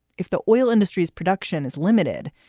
if the oil industry's production is limited,